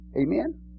Amen